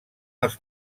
als